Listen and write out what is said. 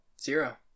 zero